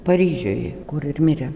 paryžiuj kur ir mirė